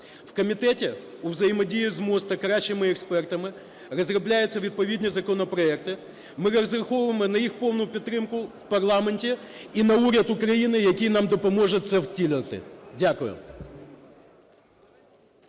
В комітеті у взаємодії з МОЗ та кращими експертами розробляється відповідні законопроекти. Ми розраховуємо на їх повну підтримку в парламенті і на уряд України, який нам допоможе це втілити. Дякую.